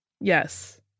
Yes